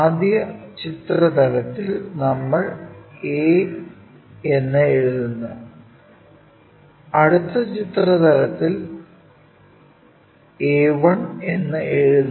ആദ്യ ചിത്ര തലത്തിൽ നമ്മൾ a എന്ന് എഴുതുന്നു അടുത്ത ചിത്ര തലത്തിൽ a1 എന്ന് എഴുതുന്നു